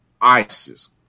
ISIS